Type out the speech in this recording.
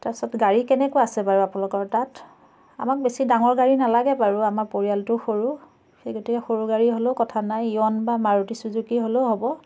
তাৰপাছতে গাড়ী কেনেকুৱা আছে বাৰু আপোনালোকৰ তাত আমাক বেছি ডাঙৰ গাড়ী নালাগে বাৰু আমাক পৰিয়ালটো সৰু সেই গতিকে সৰু গাড়ী হ'লেও কথা নাই ইয়ন বা মাৰুটি চুজুকী হ'লেও হ'ব